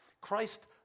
Christ